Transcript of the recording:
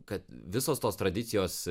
kad visos tos tradicijos